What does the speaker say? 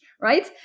right